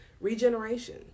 Regeneration